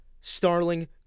Starling